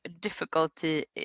difficulty